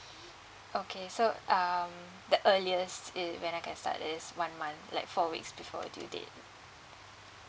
okay so um the earliest is when I can start is one month like four weeks before the due date